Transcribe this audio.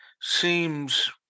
seems